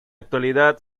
actualidad